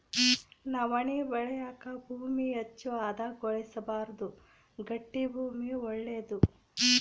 ನವಣೆ ಬೆಳೆಯಾಕ ಭೂಮಿ ಹೆಚ್ಚು ಹದಗೊಳಿಸಬಾರ್ದು ಗಟ್ಟಿ ಭೂಮಿ ಒಳ್ಳೇದು